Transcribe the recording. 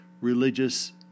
religious